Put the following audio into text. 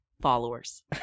followers